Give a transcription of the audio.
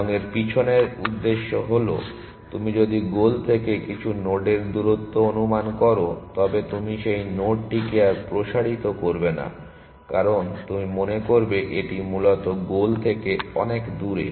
এবং এর পিছনের উদ্দেশ্য হল তুমি যদি গোল থেকে কিছু নোডের দূরত্ব অনুমান করো তবে তুমি সেই নোডটিকে আর প্রসারিত করবে না কারণ তুমি মনে করবে এটি মূলত গোল থেকে অনেক দূরে